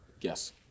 Yes